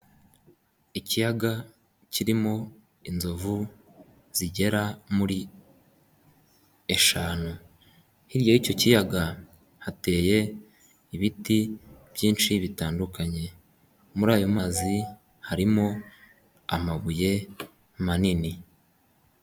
Ikiyaga kirimo inzovu zigera muri eshanu. Hirya y'icyo kiyaga hateye ibiti byinshi bitandukanye, muri ayo mazi harimo amabuye manini.